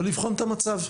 ולבחון את המצב.